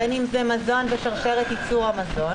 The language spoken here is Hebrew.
בין אם זה מזון ושרשרת ייצור המזון